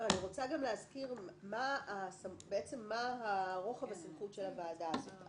אני רוצה גם להזכיר בעצם מה רוחב הסמכות של הוועדה הזאת.